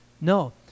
No